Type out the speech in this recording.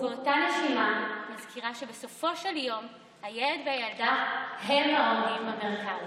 ובאותה נשימה מזכירה שבסופו של דבר הילד והילדה הם העומדים במרכז.